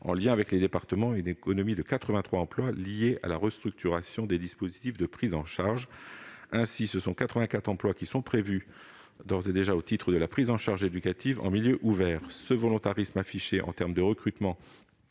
en lien avec les départements, contre une économie de 83 emplois liée à la restructuration des dispositifs de prise en charge. Ainsi, ce sont 84 emplois qui sont d'ores et déjà prévus au titre de la prise en charge éducative en milieu ouvert. Ce volontarisme affiché en termes de recrutement